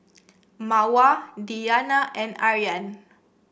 Mawar Diyana and Aryan